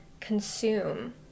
consume